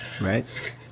right